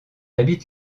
habite